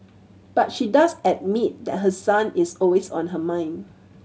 but she does admit that her son is always on her mind